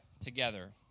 together